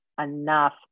enough